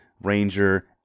ranger